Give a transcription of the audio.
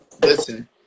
listen